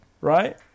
Right